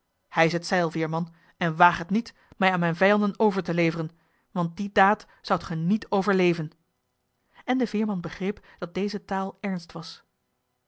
hijsch het zeil veerman en waag het niet mij aan mijne vijanden over te leveren want die daad zoudt ge niet overleven en de veerman begreep dat deze taal ernst was